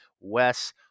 Wes